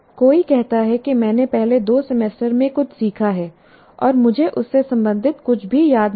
कोई कहता है कि मैंने पहले दो सेमेस्टर में कुछ सीखा है और मुझे उससे संबंधित कुछ भी याद नहीं है